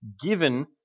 given